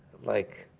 like,